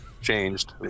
changed